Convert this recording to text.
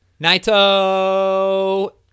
Naito